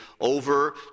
over